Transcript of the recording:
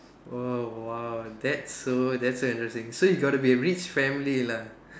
oh !wow! that's so that's so interesting so you got to be rich family lah